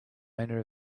owner